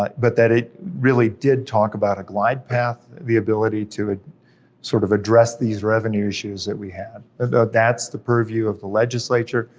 but but that it really did talk about a glide path, the ability to sort of address these revenue issues that we have, that's the purview of the legislature,